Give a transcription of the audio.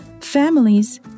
families